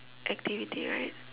activity right